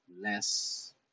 less